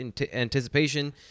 anticipation